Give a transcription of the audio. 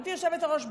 גברתי היושבת-ראש,